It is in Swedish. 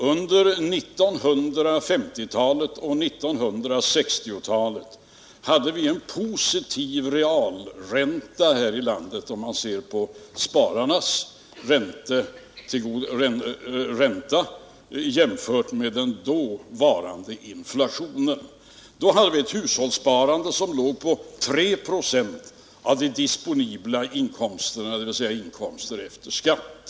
Under 1950-talet och 1960-talet hade vi en positiv realränta här i landet, om man ser på den ränta spararna erhöll jämfört med den dåvarande inflationen. Vi hade då ett hushållssparande på 3 26 av de disponibla inkomsterna, dvs. inkomster efter skatt.